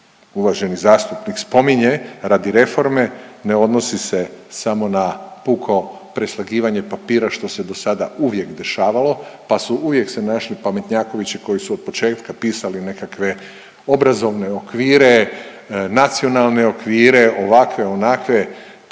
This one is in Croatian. uvaženi zastupnik spominje radi reforme ne odnosi se samo na puko preslagivanje papira što se dosada uvijek dešavalo pa su uvijek se našli pametnjakovići koji su od početka pisali nekakve obrazovne okvire, nacionalne okvire, ovakve onakve papirologije